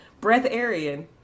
Breatharian